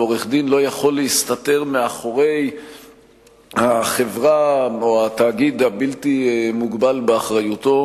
ועורך-דין לא יכול להסתתר מאחורי החברה או התאגיד הבלתי מוגבל באחריותו,